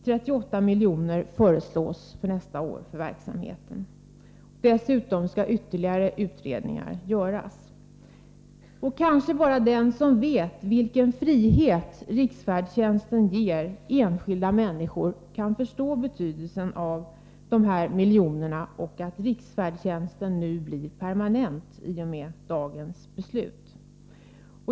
38 milj.kr. föreslås till verksamheten för nästa år. Dessutom skall ytterligare utredningar göras. Kanske bara den som vet vilken frihet riksfärdtjänsten ger enskilda människor kan förstå betydelsen av dessa miljoner och betydelsen av att riksfärdtjänsten nu blir permanent i och med dagens beslut.